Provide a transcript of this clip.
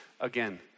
again